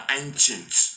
ancients